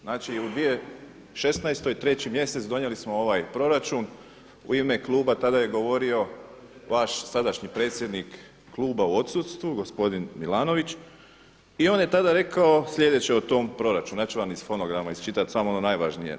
Znači u 2016. 3. mjesec donijeli smo ovaj proračun u ime kluba tada je govorio vaš sadašnji predsjednik kluba u odsustvu gospodin Milanović i on je tada rekao slijedeće o tom proračunu, ja ću vam iz fonograma iščitati samo ono najvažnije.